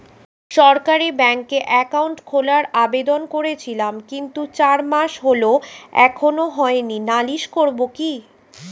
সরকারি ব্যাংকে একাউন্ট খোলার আবেদন করেছিলাম কিন্তু চার মাস হল এখনো হয়নি নালিশ করব কি?